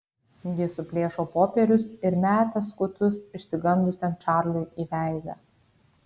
ji suplėšo popierius ir meta skutus išsigandusiam čarliui į veidą